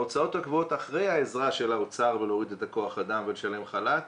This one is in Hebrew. ההוצאות הקבועות אחרי העזרה של האוצר להוריד את כוח האדם ולשלם חל"ת,